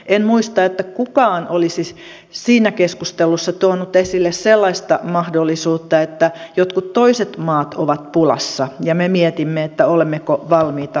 en muista että kukaan olisi siinä keskustelussa tuonut esille sellaista mahdollisuutta että jotkut toiset maat ovat pulassa ja me mietimme olemmeko valmiita auttamaan